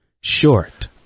Short